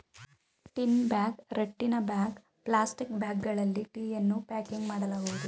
tin bag, ರಟ್ಟಿನ bag, plastic ಬ್ಯಾಗ್ಗಳಲ್ಲಿ ಟೀಯನ್ನು ಪ್ಯಾಕಿಂಗ್ ಮಾಡಲಾಗುವುದು